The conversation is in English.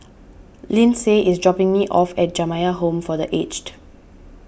Lyndsay is dropping me off at Jamiyah Home for the Aged